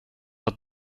att